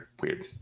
weird